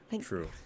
True